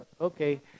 okay